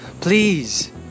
please